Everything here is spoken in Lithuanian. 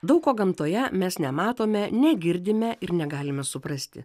daug ko gamtoje mes nematome negirdime ir negalime suprasti